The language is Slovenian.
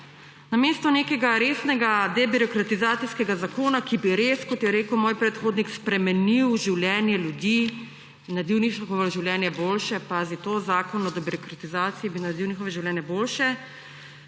Namesto nekega resnega debirokratizacijskega zakona, ki bi res, kot je rekel moj predhodnik, spremenil življenje ljudi, naredil njihovo življenje boljše – pazi to, zakon o debirokratizaciji bi naredil njihovo življenje boljše